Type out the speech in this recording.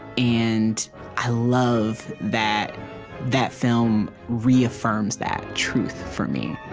and i love that that film reaffirms that truth for me